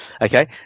Okay